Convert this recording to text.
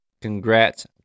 Congrats